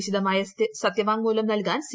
വിശദമായ സത്യവാങ്മൂലം നൽകാൻ സി